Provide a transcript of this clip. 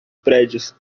prédios